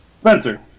Spencer